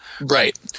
Right